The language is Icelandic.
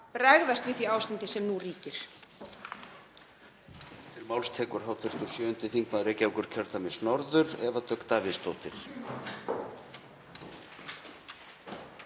bregðast við því ástandi sem nú ríkir.